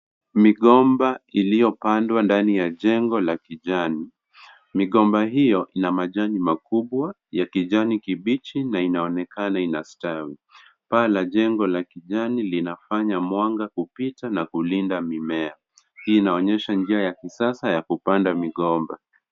Migomba iliyogandwa ndani ya jengo la kijani. Migomba hiyo ina majani makubwa ya kijani kibichi na inaonekana inastawi. Paa la jengo la kijani lina panya mwanga kupita na kulinda mimea. Hii inaonyesha njia ya kisasa ya kupanda migomba.